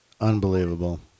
Unbelievable